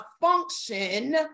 function